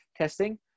testing